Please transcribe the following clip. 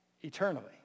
eternally